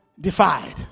defied